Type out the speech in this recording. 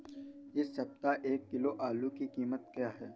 इस सप्ताह एक किलो आलू की कीमत क्या है?